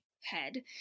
head